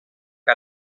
que